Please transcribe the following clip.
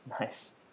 Nice